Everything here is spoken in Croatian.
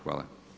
Hvala.